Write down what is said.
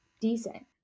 decent